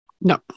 no